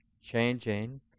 changing